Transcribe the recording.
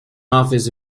office